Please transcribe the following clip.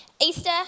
Easter